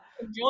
enjoy